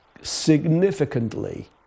significantly